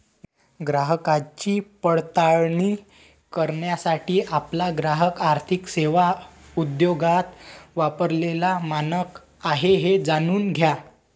ग्राहकांची पडताळणी करण्यासाठी आपला ग्राहक आर्थिक सेवा उद्योगात वापरलेला मानक आहे हे जाणून घ्या